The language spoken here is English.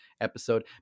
episode